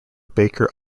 baker